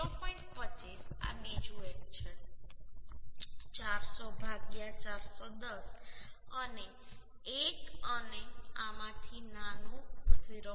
25 આ બીજું એક છે 400 410 અને 1 અને આમાંથી નાનો 0